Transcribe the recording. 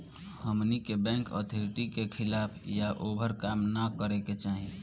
हमनी के bank authority के खिलाफ या ओभर काम न करे के चाही